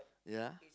ya